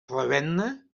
ravenna